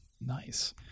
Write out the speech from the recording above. nice